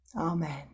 Amen